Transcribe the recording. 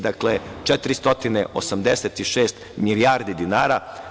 Dakle, 486 milijardi dinara.